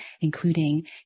including